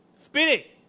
Speedy